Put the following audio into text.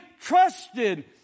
trusted